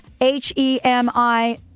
H-E-M-I